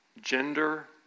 Gender